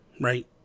Right